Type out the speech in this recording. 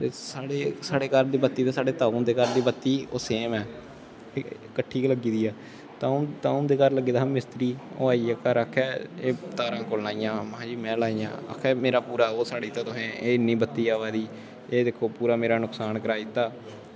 ते साढ़े घर दी बत्ती ते साढ़े ताऊ हुंदी बत्ती कट्ठी गै लग्गी दी ऐ ते अ'ऊं उं'दे घर लग्गे दा हा मिस्त्री ते ओह् आइया ते आक्खे तारां कुस लाइयां ते में आखेआ में लाइयां ते आक्खे मेरा पूरा ओह् साड़ी दित्ता तुसें एह् इन्नी बत्ती आवा दी एह् दिक्खो पूरा मेरा नुकसान कराई दित्ता